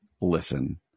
listen